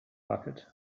bucket